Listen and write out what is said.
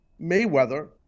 Mayweather